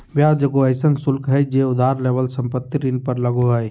ब्याज एगो अइसन शुल्क हइ जे उधार लेवल संपत्ति ऋण पर लगो हइ